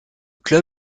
club